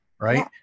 Right